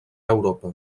europa